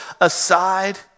aside